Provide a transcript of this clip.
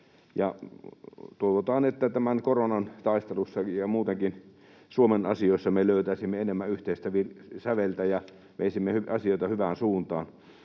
toivotaan, että tämän koronan taistelussa ja muutenkin Suomen asioissa me löytäisimme enemmän yhteistä säveltä ja veisimme asioita hyvään suuntaan.